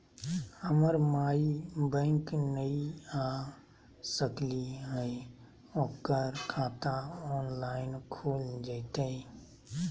हमर माई बैंक नई आ सकली हई, ओकर खाता ऑनलाइन खुल जयतई?